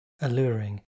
alluring